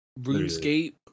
runescape